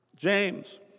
James